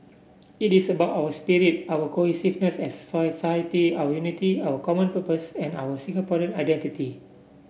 it is about our spirit our cohesiveness as society our unity our common purpose and our Singaporean identity